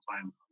time